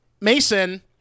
Mason